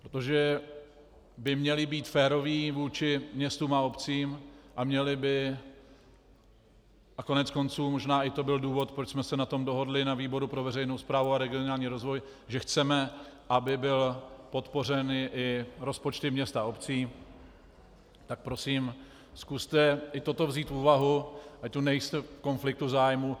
Protože by měli být féroví vůči městům a obcím a měli by, a koneckonců možná i to byl důvod, proč jsme se na tom dohodli na výboru pro veřejnou správu a regionální rozvoj, že chceme, aby byly podpořeny i rozpočty měst a obcí, tak prosím zkuste i toto vzít v úvahu, ať tu nejste v konfliktu zájmů.